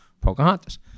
Pocahontas